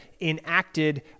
enacted